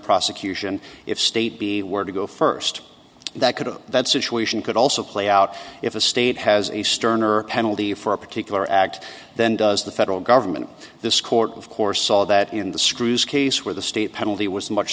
prosecution if state b were to go first that could have that situation could also play out if a state has a sterner penalty for a particular act then does the federal government this court of course saw that in the screws case where the state penalty was much